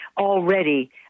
already